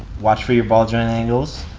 watch for your ball joint angles.